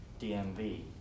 DMV